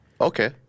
Okay